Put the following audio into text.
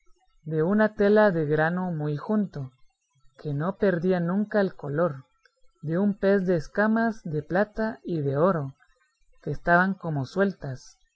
de una tela de grano muy junto que no perdía nunca el color de un pez de escamas de plata y de oro que estaban como sueltas